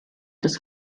des